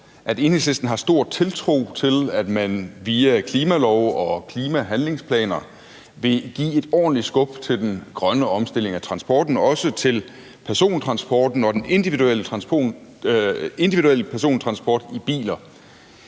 at Enhedslisten har stor tiltro til, at man via klimalove og klimahandlingsplaner vil give et ordentligt skub til den grønne omstilling af transporten, også til persontransporten og den individuelle persontransport i biler.